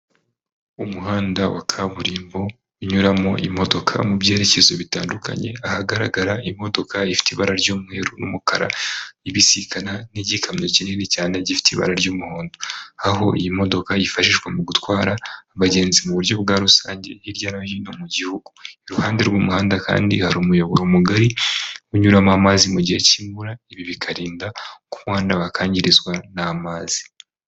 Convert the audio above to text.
Umuhanda wa kaburimbo unyuramo imodoka mu byerekezo bitandukanye, ahagaragara imodoka ifite ibara ry'umweru n'umukara ibisikana n'igikamyo kinini cyane gifite ibara ry'umuhondo, aho iyi modoka yifashishwa mu gutwara abagenzi mu buryo bwa rusange hirya no hino mu gihugu, iruhande rw'umuhanda kandi hari umuyoboro mugari unyuramo mazi mu gihe cy'imvura, ibi bikarinda ko umuhanda wakwangirizwa n'amazi.